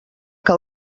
que